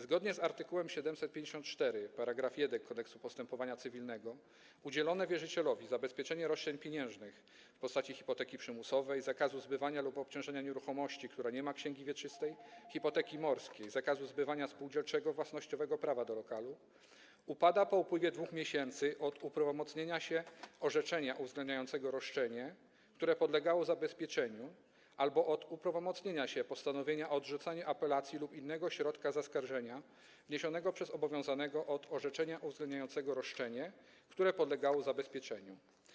Zgodnie z art. 754 § 1 Kodeksu postępowania cywilnego udzielone wierzycielowi zabezpieczenie roszczeń pieniężnych w postaci hipoteki przymusowej, zakazu zbywania lub obciążania nieruchomości, która nie ma księgi wieczystej, hipoteki morskiej, zakazu zbywania spółdzielczego własnościowego prawa do lokalu upada po upływie 2 miesięcy od uprawomocnienia się orzeczenia uwzględniającego roszczenie, które podlegało zabezpieczeniu, albo od uprawomocnienia się postanowienia o odrzuceniu apelacji lub innego środka zaskarżenia wniesionego przez obowiązanego od orzeczenia uwzględniającego roszczenie, które podlegało zabezpieczeniu.